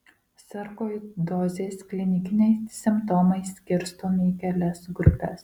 sarkoidozės klinikiniai simptomai skirstomi į kelias grupes